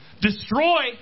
destroy